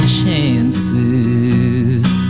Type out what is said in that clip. chances